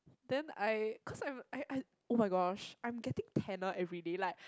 then I cause I'm I I oh-my-gosh I'm getting tanner everyday like